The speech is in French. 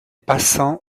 passants